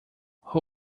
who